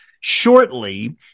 shortly